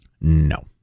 No